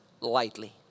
lightly